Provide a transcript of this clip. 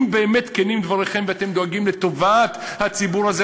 אם באמת כנים דבריכם ואתם דואגים לטובת הציבור הזה,